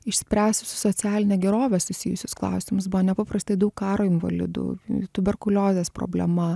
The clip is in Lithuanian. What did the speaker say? išspręsti su socialine gerove susijusius klausimus buvo nepaprastai daug karo invalidų tuberkuliozės problema